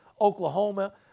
Oklahoma